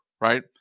right